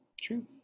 True